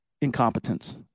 incompetence